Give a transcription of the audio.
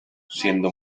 siendo